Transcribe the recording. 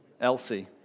Elsie